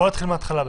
בוא נתחיל מהתחלה.